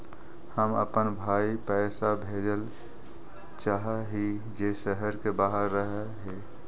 हम अपन भाई पैसा भेजल चाह हीं जे शहर के बाहर रह हे